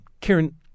Karen